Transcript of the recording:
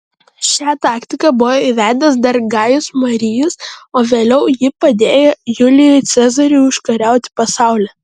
šią taktiką buvo įvedęs dar gajus marijus o vėliau ji padėjo julijui cezariui užkariauti pasaulį